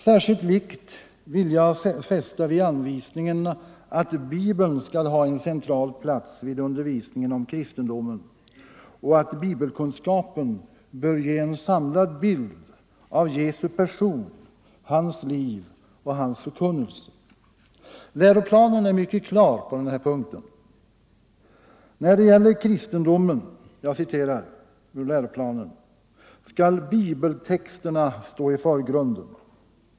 Särskild vikt vill jag fästa vid anvisningen att Bibeln skall ha en central plats vid undervisningen om kristendomen och att bibelkunskapen bör ge en samlad bild av Jesu person, hans liv och hans förkunnelse. Läroplanen är mycket klar på den punkten: ”När det gäller kristendomen skall bibeltexterna stå i förgrunden.